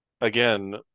again